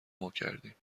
ماکردیم